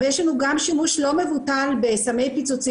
אבל יש לנו גם שימוש לא מבוטל בסמי פיצוציות,